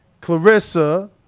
Clarissa